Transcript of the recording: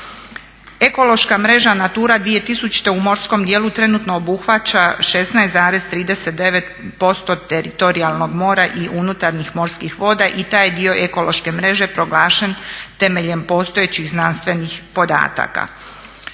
Ekološka mreža Natura 2000 u morskom dijelu trenutno obuhvaća 16,39% teritorijalnog mora i unutarnjih morskih voda i taj je dio ekološke mreže proglašen temeljem postojećih znanstvenih podataka.